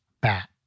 bat